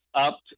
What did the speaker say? up